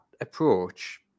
approach